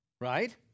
Right